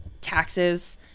taxes